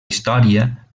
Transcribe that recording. història